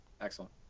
Excellent